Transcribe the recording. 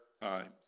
times